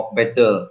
better